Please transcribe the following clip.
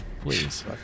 please